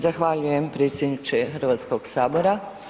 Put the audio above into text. Zahvaljujem predsjedniče Hrvatskog sabora.